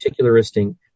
particularistic